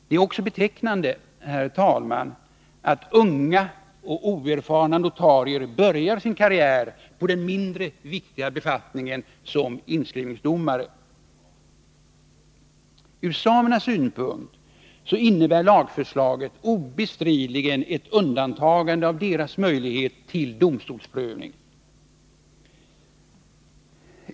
Det är också betecknande, herr talman, att unga och oerfarna notarier börjar sin karriär på den mindre viktiga befattningen som inskrivningsdomare. Ur samernas synpunkt innebär lagförslaget obestridligen ett undandragande av deras möjlighet till domstolsprövning.